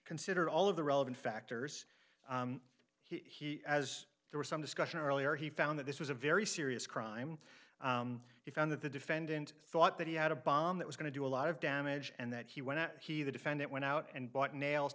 considered all of the relevant factors he as there was some discussion earlier he found that this was a very serious crime he found that the defendant thought that he had a bomb that was going to do a lot of damage and that he went out he the defendant went out and bought nails